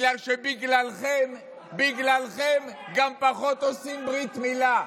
בגלל שבגללכם גם פחות עושים ברית מילה.